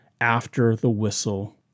after-the-whistle